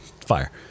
fire